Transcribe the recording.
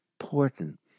important